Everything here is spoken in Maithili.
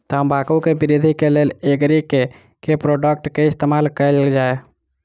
तम्बाकू केँ वृद्धि केँ लेल एग्री केँ के प्रोडक्ट केँ इस्तेमाल कैल जाय?